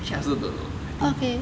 actually I also don't know I think